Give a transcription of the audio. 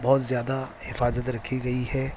بہت زیادہ حفاظت رکھی گئی ہے